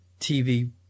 TV